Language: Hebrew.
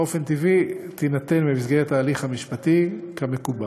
באופן טבעי, תינתן במסגרת ההליך המשפטי, כמקובל.